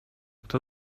kto